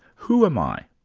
who am i?